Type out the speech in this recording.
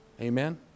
Amen